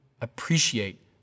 appreciate